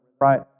right